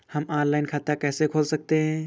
हम ऑनलाइन खाता कैसे खोल सकते हैं?